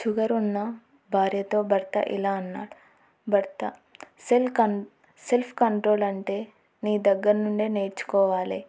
sugar ఉన్న భార్యతో భర్త ఇలా అన్నాడు భర్త సెల్ఫ్ కంట్రోల్ అంటే నీ దగ్గర నుండే నేర్చుకోవాలి